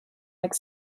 like